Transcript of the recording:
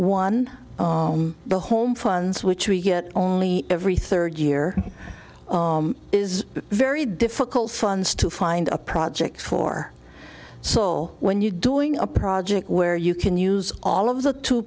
one the home funds which we get only every third year is very difficult funds to find a project for so when you doing a project where you can use all of the two